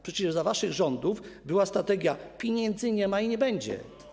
Przecież za waszych rządów była strategia: pieniędzy nie ma i nie będzie.